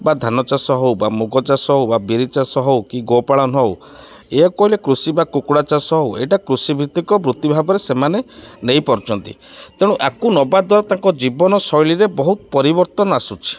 ବା ଧାନ ଚାଷ ହଉ ବା ମୁଗ ଚାଷ ହଉ ବା ବିରି ଚାଷ ହଉ କି ଗୋପାଳନ ହଉ ଏହା କହିଲେ କୃଷି ବା କୁକୁଡ଼ା ଚାଷ ହଉ ଏଇଟା କୃଷିଭିତ୍ତିକ ବୃତ୍ତି ଭାବରେ ସେମାନେ ନେଇପାରୁଛନ୍ତି ତେଣୁ ୟାକୁ ନବା ଦ୍ଵାରା ତାଙ୍କ ଜୀବନ ଶୈଳୀରେ ବହୁତ ପରିବର୍ତ୍ତନ ଆସୁଛି